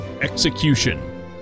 Execution